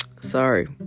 Sorry